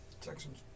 Texans